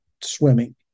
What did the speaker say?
swimming